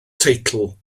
teitl